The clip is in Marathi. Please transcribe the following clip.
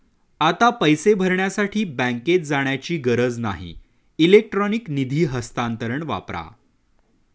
आता पैसे भरण्यासाठी बँकेत जाण्याची गरज नाही इलेक्ट्रॉनिक निधी हस्तांतरण वापरा